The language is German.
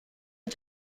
mit